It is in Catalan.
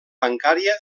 bancària